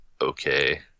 okay